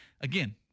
Again